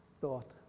thought